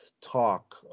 talk